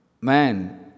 Man